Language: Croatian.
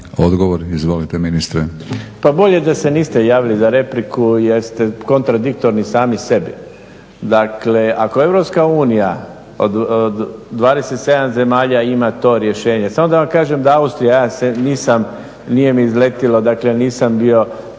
**Mrsić, Mirando (SDP)** Pa bolje da se niste javili za repliku, jer ste kontradiktorni sami sebi. Dakle, ako EU od 27 zemalja ima to rješenje, samo da vam kažem da Austrija, ja nisam, nije mi izletilo. Dakle, ja nisam bio